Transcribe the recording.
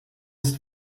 ist